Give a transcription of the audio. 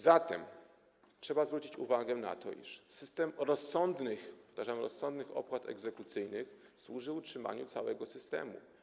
Zatem trzeba zwrócić uwagę na to, iż system rozsądnych - powtarzam: rozsądnych - opłat egzekucyjnych służy utrzymaniu całego systemu.